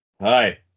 Hi